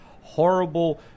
horrible